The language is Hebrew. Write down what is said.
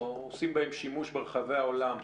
שעושים בהן שימוש ברחבי העולם,